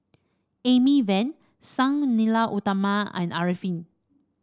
Amy Van Sang Nila Utama and Arifin